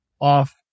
off